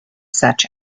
such